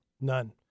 None